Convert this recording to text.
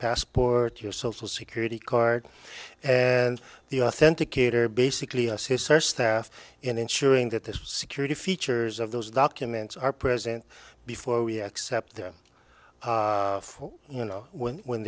passport your social security card and the authenticator basically assist her staff in ensuring that the security features of those documents are present before we accept them for you know when when